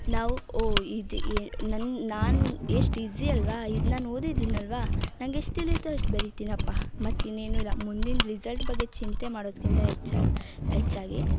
ನಾವು ಓ ಇದು ಈ ನನ್ನ ನಾನು ಎಷ್ಟು ಈಝಿ ಅಲ್ಲವಾ ಇದು ನಾನು ಓದಿದ್ದೀನಿ ಅಲ್ಲವಾ ನಂಗೆಷ್ಟು ತಿಳಿಯುತ್ತೋ ಅಷ್ಟು ಬರೀತಿನಪ್ಪ ಮತ್ತಿನ್ನೇನು ಇಲ್ಲ ಮುಂದಿನ ರಿಝಲ್ಟ್ ಬಗ್ಗೆ ಚಿಂತೆ ಮಾಡೋದ್ಕಿಂತ ಹೆಚ್ಚು ಹೆಚ್ಚಾಗಿ